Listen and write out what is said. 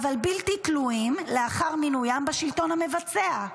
אבל בלתי תלויים לאחר מינויים בשלטון המבצע.